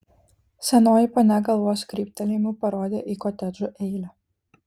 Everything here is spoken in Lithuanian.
senoji ponia galvos kryptelėjimu parodė į kotedžų eilę